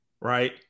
Right